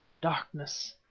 darkness!